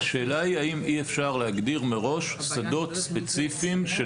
השאלה היא האם אי אפשר להגדיר מראש שדות ספציפיים של